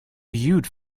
viewed